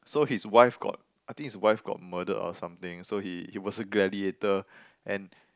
so his wife got I think his wife got murdered or something so he he was a gladiator and